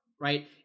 right